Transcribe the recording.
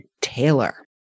Taylor